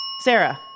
Sarah